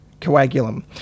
coagulum